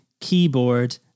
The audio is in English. keyboard